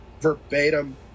verbatim